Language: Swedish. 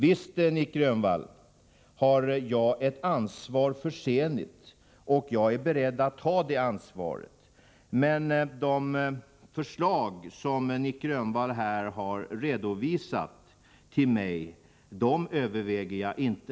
Visst, Nic Grönvall, har jag ett ansvar för Zenit, och jag är beredd att ta det ansvaret. Men de förslag som Nic Grönvall lägger fram till mig överväger jag inte.